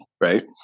right